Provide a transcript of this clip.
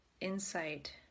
insight